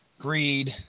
greed